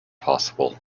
possible